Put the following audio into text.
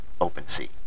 OpenSea